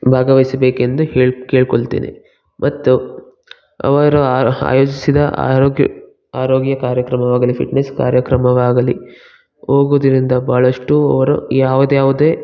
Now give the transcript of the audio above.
ಭಾಗವಹಿಸಬೇಕೆಂದು ಹೇಳಿ ಕೇಳ್ಕೊಳ್ತೇನೆ ಮತ್ತು ಅವರು ಆಯೋಜಿಸಿದ ಆರೋಗ್ಯ ಆರೋಗ್ಯ ಕಾರ್ಯಕ್ರಮವಾಗಲಿ ಫಿಟ್ ನೆಸ್ ಕಾರ್ಯಕ್ರಮವಾಗಲಿ ಹೋಗೊದರಿಂದ ಭಾಳಷ್ಟು ಅವರು ಯಾವುದ್ಯಾವ್ದೇ